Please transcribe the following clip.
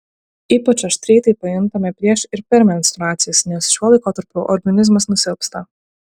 ypač aštriai tai pajuntame prieš ir per menstruacijas nes šiuo laikotarpiu organizmas nusilpsta